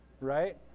Right